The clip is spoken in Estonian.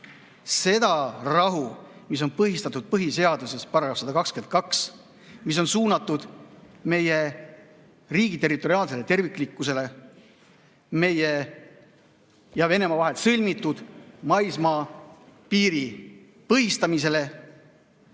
seda rahu, mis on põhistatud põhiseaduse §‑s 122, mis on suunatud meie riigi territoriaalsele terviklikkusele, meie ja Venemaa vahel sõlmitud maismaapiiri põhistamisele.